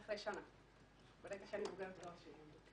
אחרי שנה שלא עבדתי.